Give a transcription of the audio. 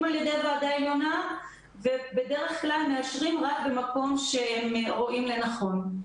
על ידי ועדה עליונה ובדרך כלל מאשרים רק במקום שרואים לנכון.